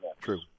True